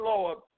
Lord